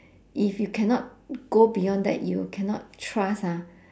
if you cannot go beyond that you cannot trust ah